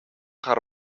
хар